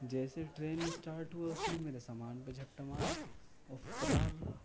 جیسے train start ہوا اس نے میرے سامان پہ جھپٹّا مارا اور فرار